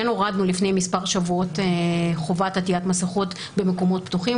כן הורדנו לפני מספר שבועות חובת עטיית מסכות במקומות פתוחים,